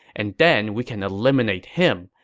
and then we can eliminate him,